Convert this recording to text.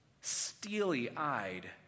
steely-eyed